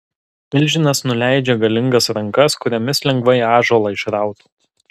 milžinas nuleidžia galingas rankas kuriomis lengvai ąžuolą išrautų